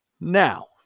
Now